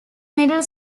middle